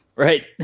Right